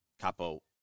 capo